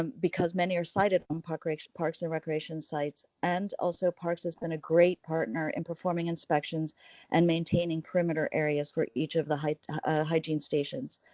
um because many are sited on parks parks and recreation sites. and also parks has been a great partner in performing inspections and maintaining perimeter areas for each of the hygiene ah hygiene stations.